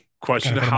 question